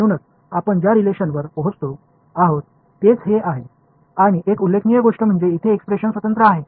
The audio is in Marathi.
म्हणूनच आपण ज्या रिलेशनवर पोहोचतो आहोत तेच हेच आहे आणि एक उल्लेखनीय गोष्ट म्हणजे येथे एक्सप्रेशन स्वतंत्र आहे